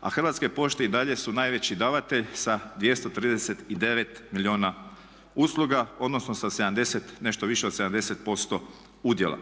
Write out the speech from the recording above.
a Hrvatske pošte i dalje su najveći davatelj sa 239 milijuna usluga odnosno sa 70, nešto više od 70% udjela.